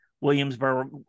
Williamsburg